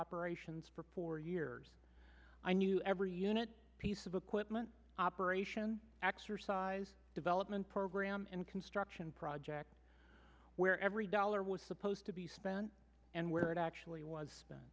operations for four years i knew every unit piece of equipment operation exercise development program and construction project where every dollar was supposed to be spent and where it actually was